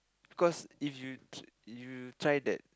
cause if you tr~ if you try that